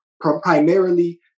primarily